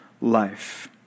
life